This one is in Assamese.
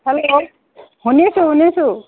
হেল্ল' শুনিছো শুনিছো